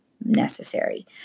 necessary